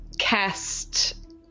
cast